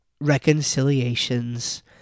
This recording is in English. reconciliations